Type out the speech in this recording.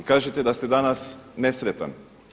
I kažete da ste danas nesretan.